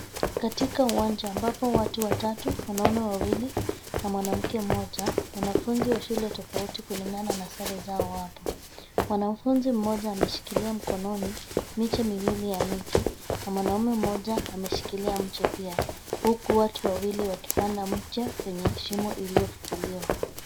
Katika uwanja ambapo watu watatu, wanaume wawili na mwanamke mmoja, wanafunzi wa shule tofauti kulingana na sare zao wapo. Mwanafunzi mmoja ameshikilia mkononi, miche miwili ya miti na mwanaume mmoja ameshikilia mche pia. huku watu wawili wakipanda mche kwenye shimo iliyofukuliwa.